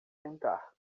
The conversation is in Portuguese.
tentar